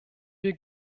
wir